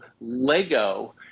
lego